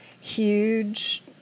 huge